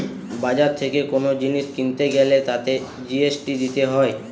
বাজার থেকে কোন জিনিস কিনতে গ্যালে তাতে জি.এস.টি দিতে হয়